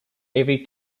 every